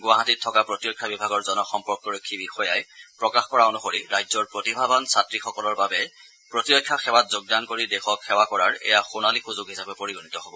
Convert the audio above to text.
গুৱাহাটীত থকা প্ৰতিৰক্ষা বিভাগৰ জনসম্পৰ্কৰক্ষী বিষয়াই প্ৰকাশ কৰা অনুসৰি ৰাজ্যৰ প্ৰতিভাৱান ছাত্ৰীসকলৰ বাবে প্ৰতিৰক্ষা সেৱাত যোগদান কৰি দেশক সেৱা কৰাৰ এয়া সোণালী সুযোগ হিচাপে পৰিগণিত হব